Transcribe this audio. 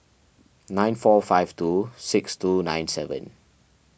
nine four five two six two nine seven